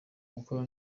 gukora